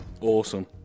Awesome